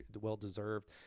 well-deserved